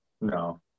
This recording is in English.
no